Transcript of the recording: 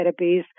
therapies